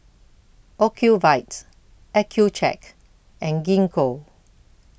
Ocuvite Accucheck and Gingko